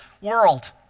world